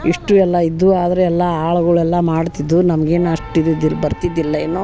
ಇಷ್ಟು ಎಲ್ಲ ಇದ್ದವು ಆದರೆ ಎಲ್ಲ ಆಳ್ಗುಳು ಎಲ್ಲ ಮಾಡ್ತಿದ್ವು ನಮ್ಗೇನು ಅಷ್ಟು ಇದಿದ್ದು ಬರ್ತಿದ್ದಿಲ್ಲ ಏನೋ